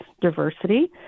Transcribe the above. diversity